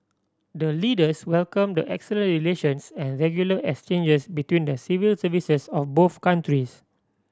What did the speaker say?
the leaders welcome the excellent relations and regular exchanges between the civil services of both countries